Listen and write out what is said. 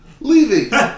Leaving